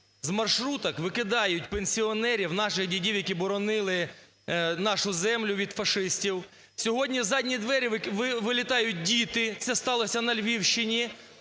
З маршруток викидають пенсіонерів, наших дідів, які боронили нашу землю від фашистів. Сьогодні в задні двері вилітають діти (це сталося на Львівщині),